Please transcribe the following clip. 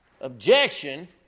objection